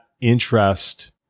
interest